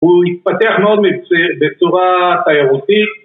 הוא התפתח מאוד בצורה תיירותית